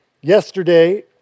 Yesterday